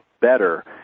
better